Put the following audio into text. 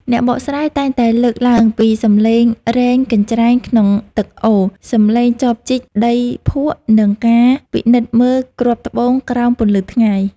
អ្នកបកស្រាយតែងតែលើកឡើងពីសម្លេងរែងកញ្ច្រែងក្នុងទឹកអូរ សម្លេងចបជីកដីភក់ និងការពិនិត្យមើលគ្រាប់ត្បូងក្រោមពន្លឺថ្ងៃ។